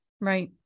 Right